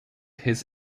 his